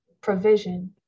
provision